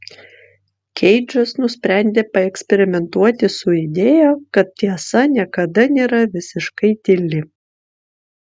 keidžas nusprendė paeksperimentuoti su idėja kad tiesa niekada nėra visiškai tyli